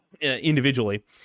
individually